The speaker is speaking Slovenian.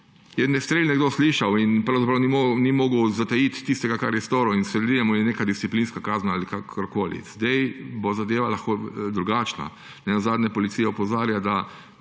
je strel nekdo slišal in pravzaprav ni mogel zatajiti tistega, kar je storil. Sledila je neka disciplinska kazen ali kakorkoli. Zdaj bo zadeva lahko drugačna. Nenazadnje policija opozarja, da